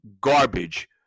garbage